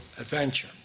adventure